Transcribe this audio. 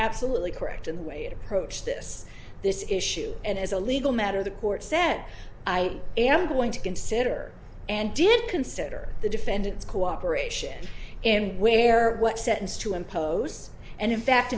absolutely correct in the way to approach this this issue and as a legal matter the court sent i am going to consider and did consider the defendant's cooperation and where what sentence to impose and in fact